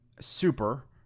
super